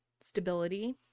stability